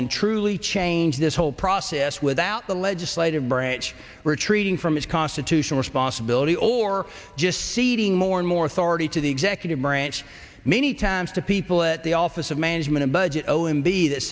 and truly change this whole process without the legislative branch retreating from its constitutional responsibility or just ceding more and more authority to the executive branch many times to people at the office of management and budget o m b that